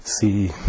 see